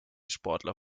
sportler